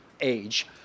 Age